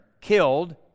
killed